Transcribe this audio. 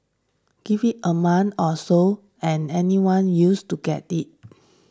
give it a month or so and anyone used to get it